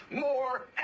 more